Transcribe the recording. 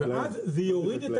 זה יוריד את